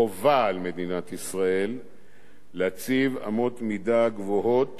חובה על מדינת ישראל להציב אמות מידה גבוהות